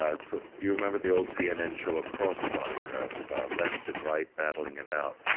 ah so do you remember the old cnn show? a crossfire of left and right battling it out,